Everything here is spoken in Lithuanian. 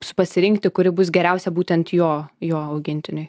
su pasirinkti kuri bus geriausia būtent jo jo augintiniui